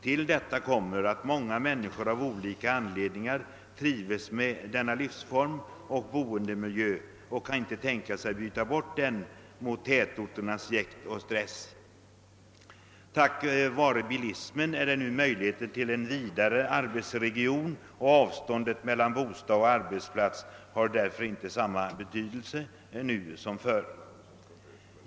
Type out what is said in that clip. Till detta kommer att många människor av olika anledningar trivs med denna livsform och boendemiljö, och de kan inte tänka sig att byta bort den mot tätorternas jäkt och stress. Tack vare bilismen är det nu möjligheter till en vidare arbetsregion, och avståndet mellan bostad och arbetsplats har därför inte längre samma betydelse som förr.